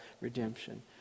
redemption